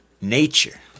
nature